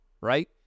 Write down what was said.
right